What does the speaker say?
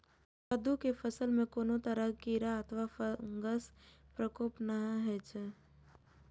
कट्टू के फसल मे कोनो तरह कीड़ा अथवा फंगसक प्रकोप नहि होइ छै